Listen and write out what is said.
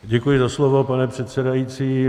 Děkuji za slovo, pane předsedající.